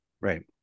Right